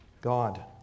God